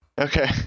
Okay